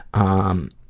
um,